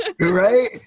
Right